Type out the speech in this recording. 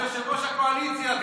כי אתה יושב-ראש הקואליציה,